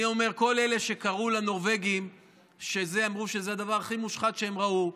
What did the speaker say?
אני אומר: כל אלה שקראו לנורבגים ואמרו שזה הדבר הכי מושחת שהם ראו,